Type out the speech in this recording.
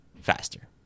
faster